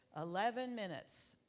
eleven minutes.